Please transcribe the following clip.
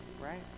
right